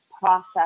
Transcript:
process